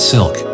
Silk